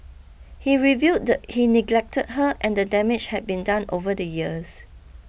he revealed he neglected her and the damage had been done over the years